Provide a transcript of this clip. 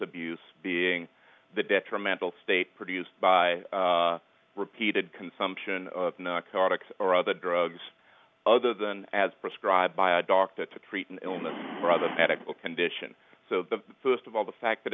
abuse being the detrimental state produced by repeated consumption of narcotics or other drugs other than as prescribed by a doctor to treat an illness or other medical condition so the first of all the fact that